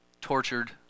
tortured